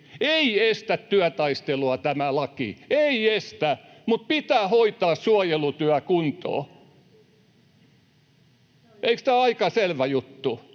ei estä työtaistelua tämä laki — ei estä — mutta pitää hoitaa suojelutyö kuntoon. Eikös tämä ole aika selvä juttu?